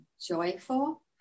joyful